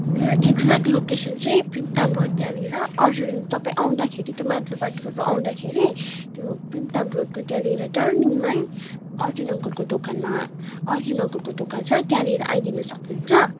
मेरो exact location चाहिँ Primtam road त्यहाँनिर अर्जुन तपाईँ आउँदाखेरि त्यो माथिल्लो बाटोबाट आउँदाखेरि त्यो प्रिमताम रोडको त्यहाँनिर टर्निङमै अर्जुन अङ्कलको दोकानमा अर्जुन अङ्कलको दोकान छ त्यहाँनिर आइदिनु सक्नुहुन्छ